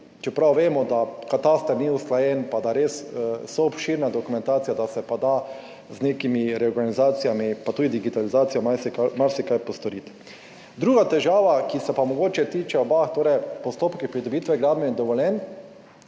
čeprav vemo, da kataster ni usklajen, pa da res so obširna dokumentacija, da se pa da z nekimi reorganizacijami, pa tudi digitalizacijo, marsikaj postoriti. Druga težava, ki se pa mogoče tiče oba, torej postopki pridobitve gradbenih dovoljenj,